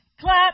clap